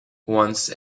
once